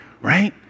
Right